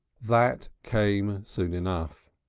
that came soon enough.